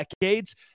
decades